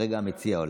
כרגע המציע עולה.